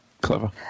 clever